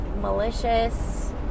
malicious